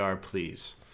please